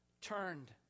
turned